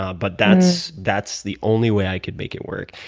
ah but that's that's the only way i can make it work.